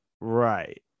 right